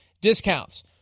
discounts